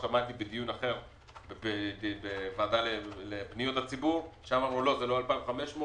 2,500. בוועדה לפניות הציבור אמרו שזה לא 2,500,